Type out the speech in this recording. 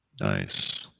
Nice